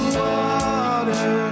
water